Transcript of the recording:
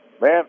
man